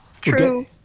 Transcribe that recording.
True